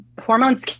hormones